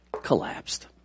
collapsed